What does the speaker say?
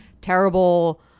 terrible